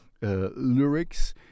lyrics